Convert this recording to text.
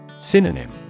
Synonym